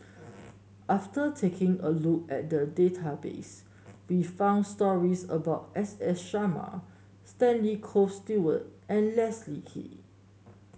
after taking a look at the database we found stories about S S Sarma Stanley Toft Stewart and Leslie Kee